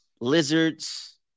lizards